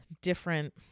different